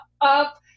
up